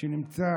שנמצא